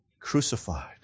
Crucified